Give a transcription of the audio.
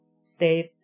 state